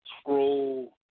scroll